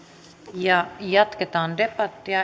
jatketaan debattia